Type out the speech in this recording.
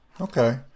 Okay